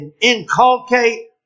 inculcate